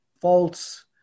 faults